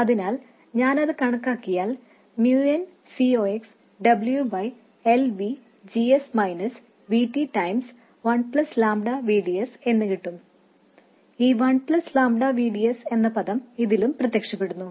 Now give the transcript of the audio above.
അതിനാൽ ഞാൻ അത് കണക്കാക്കിയാൽ mu n C ox W by L V G S minus V T ഗുണനം one plus lambda V D S എന്നുകിട്ടും ഈ one plus lambda V D S എന്ന പദം ഇതിലും പ്രത്യക്ഷപ്പെടുന്നു